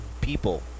people